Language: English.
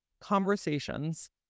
conversations